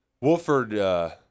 Wolford